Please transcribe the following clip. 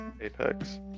Apex